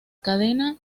cadena